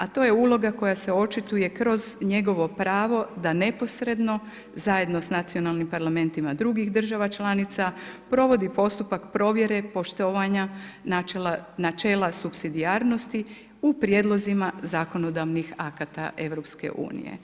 To je uloga koja se očituje kroz njegovo pravo da neposredno, zajedno sa nacionalnima parlamentima država članica, provodi postupak provjere, poštovanja, načela supsidijarnosti u prijedlozima zakonodavnih akata EU.